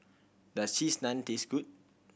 does Cheese Naan taste good